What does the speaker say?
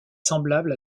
semblables